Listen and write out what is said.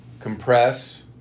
Compress